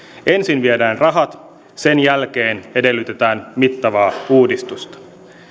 ensin viedään rahat sen jälkeen edellytetään mittavaa uudistusta